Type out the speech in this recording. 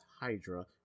hydra